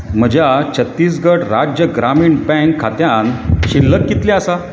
म्हज्या छत्तीसगढ राज्य ग्रामीण बँक खात्यांत शिल्लक कितली आसा